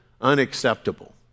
unacceptable